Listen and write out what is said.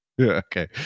Okay